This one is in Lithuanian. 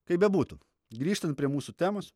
kaip bebūtų grįžtant prie mūsų temos